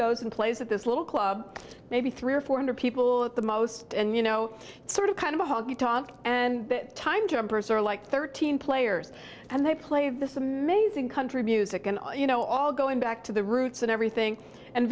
goes and plays at this little club maybe three or four hundred people at the most and you know sort of kind of a honky tonk and the time jumpers are like thirteen players and they play this amazing country music and you know all going back to the roots and everything and